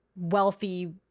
wealthy